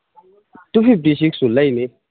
two fifty ꯁꯤꯛꯁꯨ ꯂꯩꯅꯤ